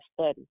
study